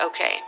okay